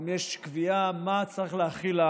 גם יש קביעה מה התלוש הזה צריך להכיל,